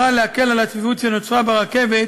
זאת מתוך מטרה להקל את הצפיפות שנוצרה ברכבת